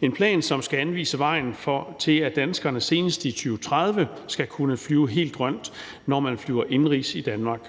en plan, som skal anvise vejen til, at danskerne senest i 2030 skal kunne flyve helt grønt, når man flyver indenrigs i Danmark.